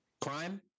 Crime